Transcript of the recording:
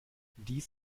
dies